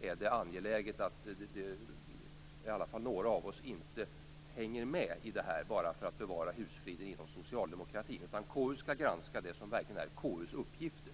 är angeläget att i varje fall några av oss inte hänger med här bara för att bevara husfriden inom socialdemokratin. KU skall granska det som verkligen är KU:s uppgifter.